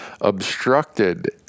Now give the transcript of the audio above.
obstructed